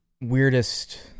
weirdest